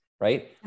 right